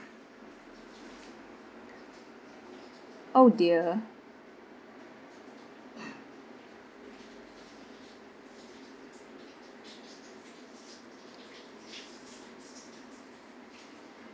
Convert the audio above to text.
oh dear